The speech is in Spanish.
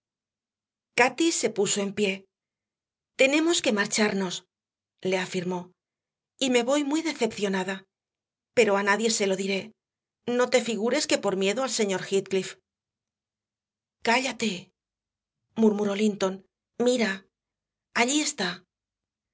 cati se puso en pie tenemos que marcharnos le afirmó y me voy muy decepcionada pero a nadie se lo diré no te figures que por miedo al señor heathcliff cállate murmuró linton mira allí está